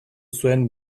zuen